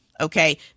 okay